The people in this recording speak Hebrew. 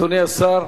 אדוני השר,